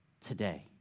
today